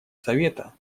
совета